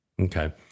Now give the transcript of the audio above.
Okay